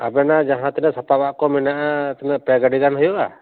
ᱟᱵᱮᱱᱟᱜ ᱡᱟᱦᱟᱸ ᱛᱤᱱᱟᱹᱜ ᱥᱟᱯᱟᱵᱟᱜ ᱠᱚ ᱢᱮᱱᱟᱜᱼᱟ ᱛᱤᱱᱟᱹᱜ ᱯᱮ ᱜᱟᱹᱰᱤ ᱜᱟᱱ ᱦᱩᱭᱩᱜᱼᱟ